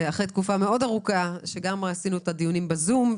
זה אחרי תקופה ארוכה שבה קיימנו דיונים בזום,